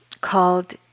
called